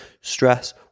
stress